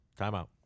timeout